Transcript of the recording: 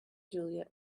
juliet